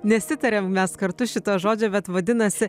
nesitarėm mes kartu šito žodžio bet vadinasi